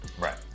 Right